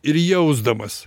ir jausdamas